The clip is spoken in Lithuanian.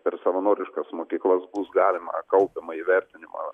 per savanoriškas mokyklas bus galima kaupiamąjį vertinimą